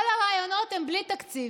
כל הרעיונות הם בלי תקציב.